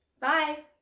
bye